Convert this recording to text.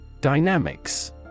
dynamics